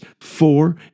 four